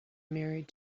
married